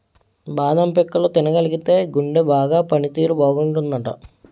బాదం పిక్కలు తినగలిగితేయ్ గుండె బాగా పని తీరు బాగుంటాదట